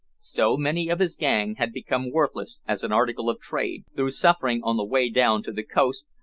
so many of his gang had become worthless as an article of trade, through suffering on the way down to the coast,